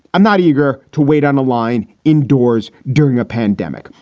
i'm not eager to wait on the line indoors during a pandemic,